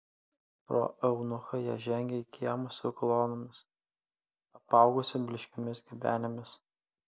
pro eunuchą jie žengė į kiemą su kolonomis apaugusį blyškiomis gebenėmis